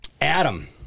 Adam